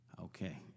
Okay